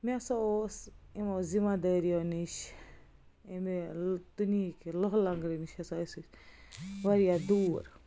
مےٚ ہَسا اوس یِمو ذِمہٕ دٲرِیو نِش اَمہِ دُنہِکہِ لوہلنٛگرٕ نِش ہَسا ٲسۍ أسۍ واریاہ دوٗر